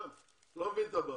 קושניר,